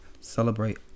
celebrate